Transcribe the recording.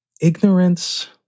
Ignorance